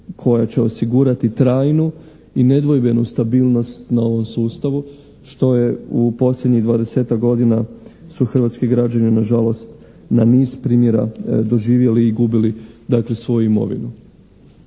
koje će osigurati trajnu i nedvojbenu stabilnost na ovom sustavu što je u posljednjih dvadesetak godina su hrvatski građani nažalost na niz primjera doživjeli i gubili dakle svoju imovinu.